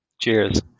Cheers